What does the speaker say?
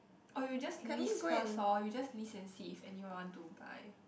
or you just list first lor you just list and see if anyone want to buy